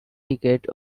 decade